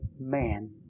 man